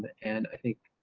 and i think.